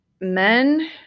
men